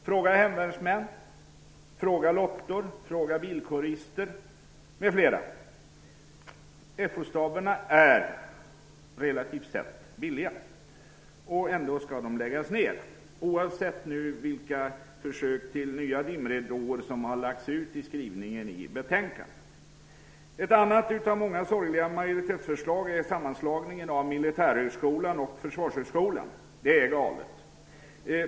Fråga hemvärnsmän, fråga lottor, fråga bilkårister, m.fl. FO-staberna är relativt sett billiga, oavsett vilka nya dimridåer som har lagts ut genom skrivningen i betänkandet. Och ändå skall de läggas ned! Ett annat av många sorgliga majoritetsförslag är sammanslagningen av Militärhögskolan och Försvarshögskolan. Det är galet.